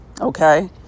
okay